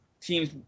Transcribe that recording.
teams